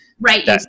Right